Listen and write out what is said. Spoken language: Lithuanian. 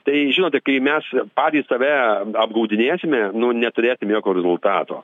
tai žinote kai mes patys save apgaudinėsime nu neturėsim jokio rezultato